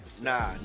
Nah